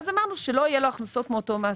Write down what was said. אז אמרנו שלא יהיו לו הכנסות מאותו המעסיק.